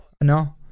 No